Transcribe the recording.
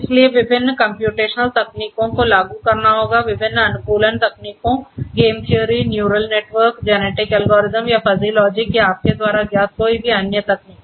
इसलिए विभिन्न कम्प्यूटेशनल तकनीकों को लागू करना होगा विभिन्न अनुकूलन तकनीकों game theory neural network genetic algorithm या फ़ज़ी लॉजिक या आपके द्वारा ज्ञात कोई भी अन्य तकनीक